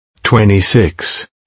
26